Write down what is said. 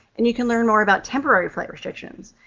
and you can learn more about temporary flight restrictions.